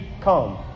come